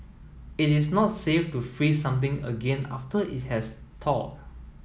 it is not safe to freeze something again after it has thawed